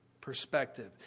perspective